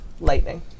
lightning